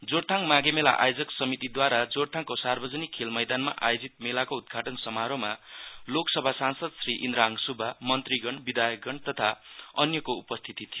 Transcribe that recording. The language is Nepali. जोरथाङ माघेमेला आयोजिक समितिदूवारा जोरथाङको सार्वजजिक खेल मैदानमा आयोजित मेलाको उद्घाटन समारोहमा लोकसभा सांसद श्री इन्द्रहाङ सुब्बामन्त्रीगण विधायकगण तथा अन्यको उपस्थिति थियो